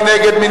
מי נגד?